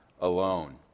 alone